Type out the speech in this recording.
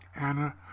Anna